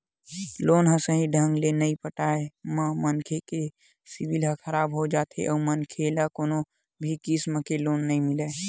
loan ल सहीं ढंग ले नइ पटाए म मनखे के सिविल ह खराब हो जाथे अउ मनखे ल कोनो भी किसम के लोन नइ मिलय